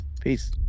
peace